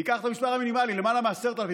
ניקח את המספר המינימלי: למעלה מ-10,000.